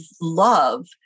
love